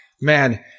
man